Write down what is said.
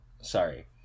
sorry